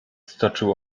stoczył